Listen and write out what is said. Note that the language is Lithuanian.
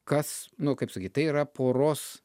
kas nu kaip sakyt tai yra poros